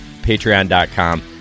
Patreon.com